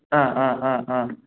ஆ ஆ ஆ ஆ